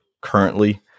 currently